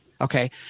Okay